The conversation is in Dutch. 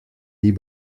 die